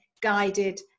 guided